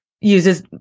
uses